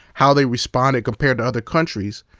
how they responded compared to other countries.